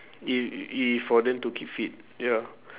i~ i~ for them to keep fit ya